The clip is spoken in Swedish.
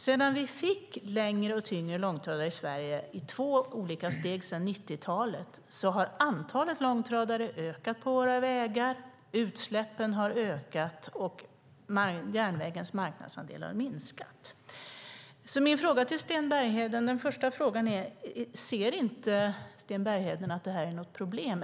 Sedan vi fick längre och tyngre långtradare i Sverige, i två olika steg sedan 90-talet, har antalet långtradare ökat på våra vägar, utsläppen ökat, och järnvägens marknadsandelar minskat. Min första fråga till Sten Bergheden är: Ser inte Sten Bergheden att det här är ett problem?